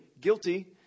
guilty